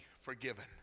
forgiven